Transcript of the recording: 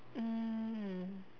mm